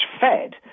fed